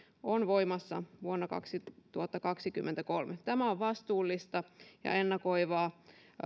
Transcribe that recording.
on täysimääräisesti voimassa vuonna kaksituhattakaksikymmentäkolme tämä on vastuullista ja ennakoivaa